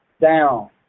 down